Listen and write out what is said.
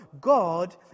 God